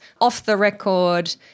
off-the-record